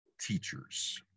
teachers